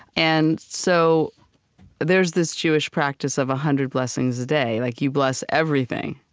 and so there's this jewish practice of a hundred blessings a day. like you bless everything.